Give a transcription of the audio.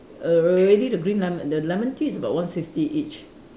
err already the green lemon the lemon tea is about one fifty each